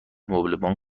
مبلمان